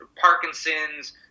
Parkinson's